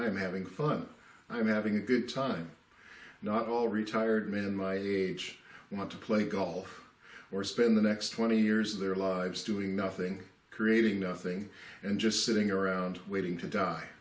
i'm having fun i'm having a good time not all retired men my age want to play golf or spend the next twenty years of their lives doing nothing creating nothing and just sitting around waiting to die